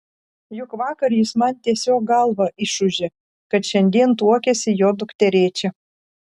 juk vakar jis man tiesiog galvą išūžė kad šiandien tuokiasi jo dukterėčia